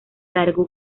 alargó